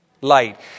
light